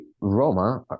Roma